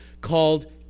called